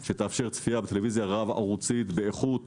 מאוד שתאפשר צפייה בטלוויזיה רב-ערוצית באיכות